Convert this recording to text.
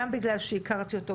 גם בגלל שהכרתי אותו,